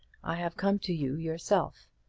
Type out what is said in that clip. i have come to you, yourself.